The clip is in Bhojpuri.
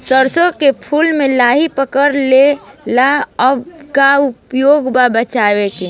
सरसों के फूल मे लाहि पकड़ ले ले बा का उपाय बा बचेके?